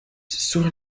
sur